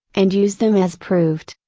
and use them as proved,